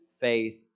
faith